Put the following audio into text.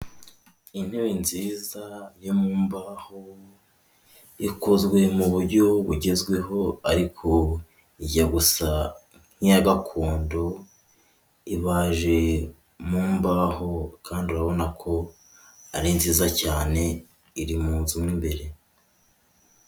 Intebe nziza yo mu mbahoho, ikozwe mu buryo bugezweho ariko ijya gusa nk'iya gakondo, ibaje mu mbaho kandi urabona ko ari nziza cyane, iri mu nzu mo imbere.